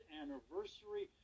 anniversary